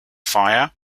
fire